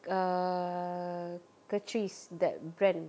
err Catrice that brand